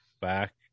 Back